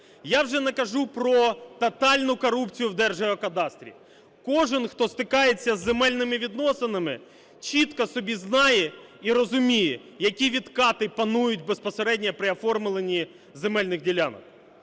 Я вже не кажу про тотальну корупцію в Держгеокадастрі. Кожен, хто стикається з земельними відносинами, чітко собі знає і розуміє, які відкати панують безпосередньо при оформленні земельних ділянок.